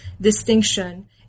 distinction